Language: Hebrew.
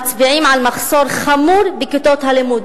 כל הדוחות מצביעים על מחסור חמור בכיתות לימוד.